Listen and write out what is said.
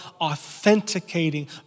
authenticating